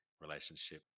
relationship